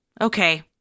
Okay